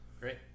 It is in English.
Great